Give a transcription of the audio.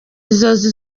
inzozi